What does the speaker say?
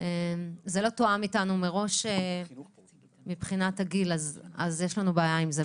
זה לא תואם איתנו מראש מבחינת הגיל אז יש לנו בעיה עם זה.